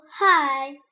hi